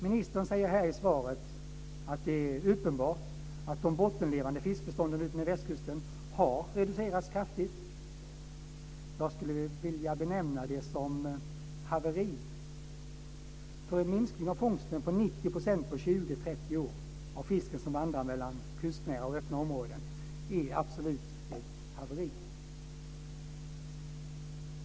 Ministern säger här i svaret att det är uppenbart att de bottenlevande fiskbestånden utmed västkusten har reducerats kraftigt. Jag skulle vilja benämna det som ett haveri. En minskning av fångsten av fisk som vandrar mellan kustnära och öppna områden med 90 % på 20-30 år är absolut ett haveri.